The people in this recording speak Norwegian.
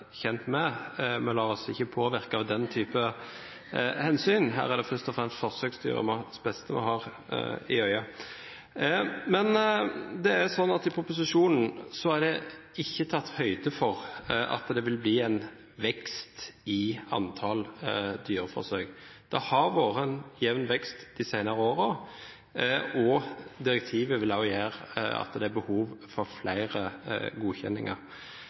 kjent med. Men la oss ikke påvirkes av den typen hensyn. Her er det først og fremst forsøksdyrenes beste vi har for øye. I proposisjonen er det ikke tatt høyde for at det vil bli en vekst i antall dyreforsøk. Det har vært en jevn vekst de senere årene, og direktivet vil gjøre at det blir behov for flere godkjenninger.